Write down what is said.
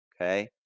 Okay